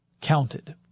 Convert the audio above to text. counted